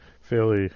fairly